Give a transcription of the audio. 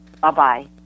bye-bye